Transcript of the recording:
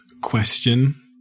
question